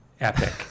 epic